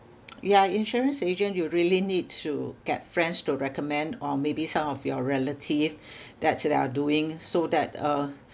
ya insurance agent you really need to get friends to recommend or maybe some of your relative that they are doing so that uh